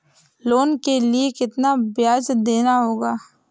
Loan के लिए कितना ब्याज देना होगा?